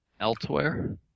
Elsewhere